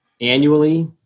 annually